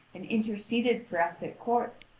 and interceded for us at court!